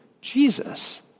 Jesus